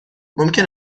ممکن